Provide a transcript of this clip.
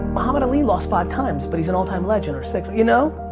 mohammed ali lost five times, but he's an all time legend, or six, you know?